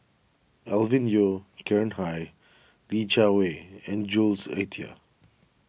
Alvin Yeo Khirn Hai Li Jiawei and Jules Itier